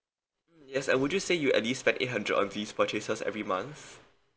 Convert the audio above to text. yes and would you say you at least spend eight hundred on these purchases every month